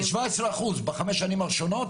בחמש שנים הראשונות.